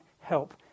help